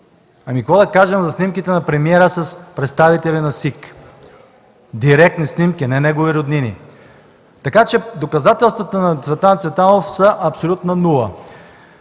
Ами какво да кажем за снимките на премиера с представители на СИК – директни снимки, не негови роднини. Така че доказателствата на Цветан Цветанов са абсолютна нула.